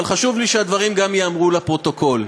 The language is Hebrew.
אבל חשוב לי שהדברים גם ייאמרו לפרוטוקול.